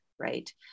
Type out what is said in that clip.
right